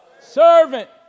servant